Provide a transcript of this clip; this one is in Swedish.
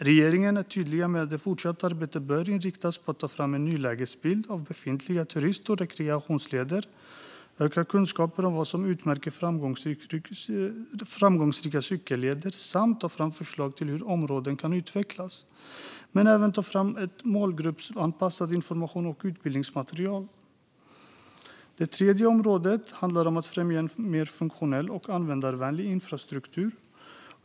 Regeringen är tydlig med att det fortsatta arbetet bör inriktas på att ta fram en nulägesbild av befintliga turist och rekreationsleder, öka kunskapen om vad som utmärker framgångsrika cykelleder och ta fram förslag till hur områden kan utvecklas. Man behöver även ta fram ett målgruppsanpassat informations och utbildningsmaterial. Det tredje området handlar om att främja en mer funktionell och användarvänlig infrastruktur.